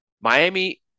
Miami